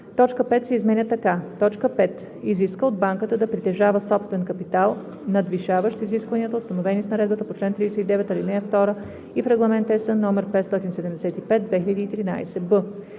точка 5 се изменя така: „5. изиска от банката да притежава собствен капитал, надвишаващ изискванията, установени с наредбата по чл. 39, ал. 2 и в Регламент (ЕС) № 575/2013“;